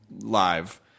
live